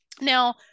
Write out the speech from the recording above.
Now